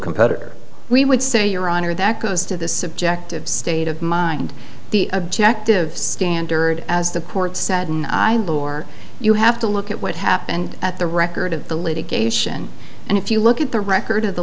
competitor we would say your honor that goes to the subjective state of mind the objective standard as the port said or you have to look at what happened at the record of the litigation and if you look at the record of the